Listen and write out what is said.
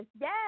yes